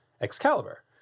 Excalibur